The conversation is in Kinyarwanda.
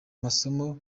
masomo